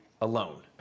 alone